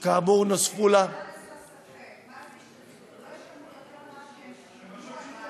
וכאמור, נוספו לה, אלי, למען